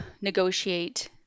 negotiate